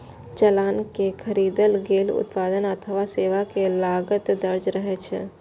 चालान मे खरीदल गेल उत्पाद अथवा सेवा के लागत दर्ज रहै छै